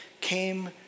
came